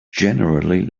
generally